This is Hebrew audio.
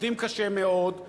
עובדים קשה מאוד,